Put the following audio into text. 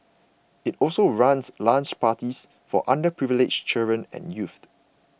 it also runs lunch parties for underprivileged children and youth